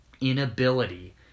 inability